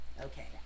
okay